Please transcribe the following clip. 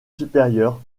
supérieur